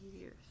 years